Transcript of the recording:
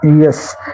Yes